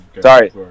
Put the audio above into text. Sorry